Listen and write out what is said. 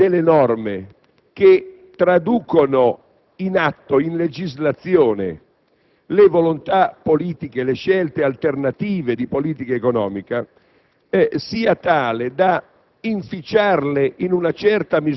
serio che l'esame tecnico delle norme, che traducono in legislazione le volontà politiche, le scelte alternative di politica economica,